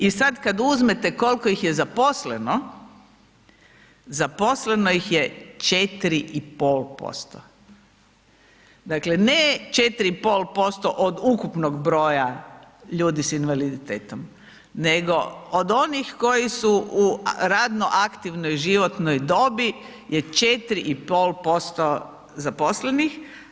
I sada kada uzmete koliko ih je zaposleno, zaposleno ih je 4,5%. dakle, ne 4,5% od ukupnog broja ludi s invaliditetom, nego od onih koji su u radno aktivnoj životnoj dobi je 4,5% zaposlenih.